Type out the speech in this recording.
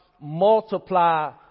multiply